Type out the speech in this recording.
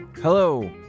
hello